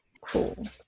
Cool